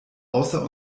außer